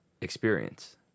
experience